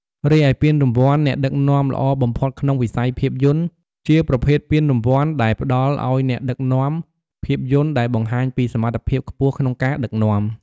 រីឯពានរង្វាន់ អ្នកដឹកនាំល្អបំផុតក្នុងវិស័យភាពយន្ត ជាប្រភេទពានរង្វាន់ដែលផ្តល់ឲ្យអ្នកដឹកនាំភាពយន្តដែលបង្ហាញពីសមត្ថភាពខ្ពស់ក្នុងការដឹកនាំ។